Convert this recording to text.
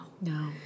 No